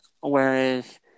Whereas